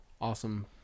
Awesome